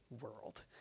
world